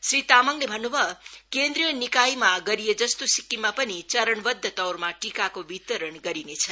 श्री तामाङले भन्नुभयो केन्द्रीय निकायमा गरिएको जस्तो सिक्किममा नि चरणबद्ध तवरमा टीकाको वितरण गरिनेछ